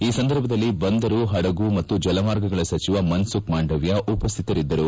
ಈ ಸಂದರ್ಭದಲ್ಲಿ ಬಂದರು ಹಡಗು ಮತ್ತು ಜಲಮಾರ್ಗಗಳ ಸಚಿವ ಮನ್ಸುಖ್ ಮಾಂಡವ್ಯ ಉಪಸ್ಥಿತರಿದ್ದರು